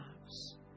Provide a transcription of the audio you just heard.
lives